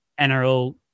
NRL